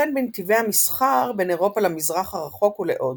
וכן בנתיבי המסחר בין אירופה למזרח הרחוק ולהודו.